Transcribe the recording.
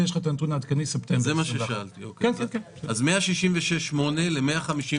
ואת הנתון העדכני של ספטמבר 2021. מ-66.8 ל-155.7